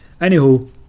Anywho